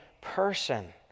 person